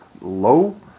low